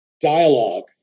dialogue